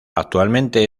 actualmente